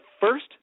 first